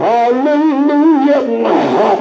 Hallelujah